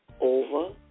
over